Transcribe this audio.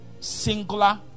singular